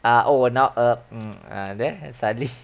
uh oh now ah um ah then suddenly